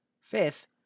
Fifth